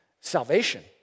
Salvation